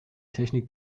technik